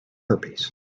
herpes